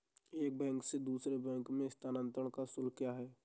एक बैंक से दूसरे बैंक में स्थानांतरण का शुल्क क्या है?